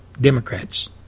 Democrats